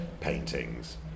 paintings